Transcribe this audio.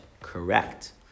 Correct